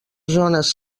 zones